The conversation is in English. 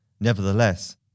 Nevertheless